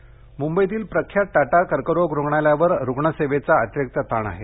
कर्करोगः मुंबईतील प्रख्यात टाटा कर्करोग रुग्णालयावर रुग्णसेवेचा अतिरिक्त ताण आहे